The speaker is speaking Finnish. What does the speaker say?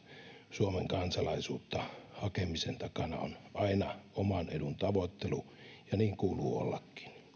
suomen kansalaisuutta hakemisen takana on aina oman edun tavoittelu ja niin kuuluu ollakin